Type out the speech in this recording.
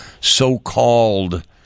so-called